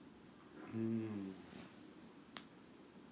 mm